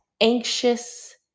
anxious